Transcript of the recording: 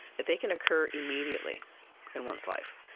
that they can occur immediately in one's life.